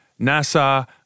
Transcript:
NASA